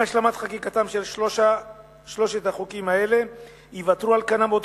עם השלמת חקיקתם של שלושת החוקים האלה ייוותרו על כנם עוד